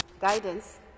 guidance